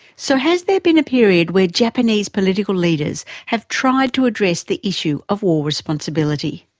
so has there been a period where japanese political leaders have tried to address the issue of war responsibility?